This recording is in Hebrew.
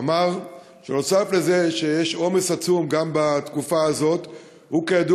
שנוסף לזה שיש עומס עצום גם בתקופה הזאת, כידוע,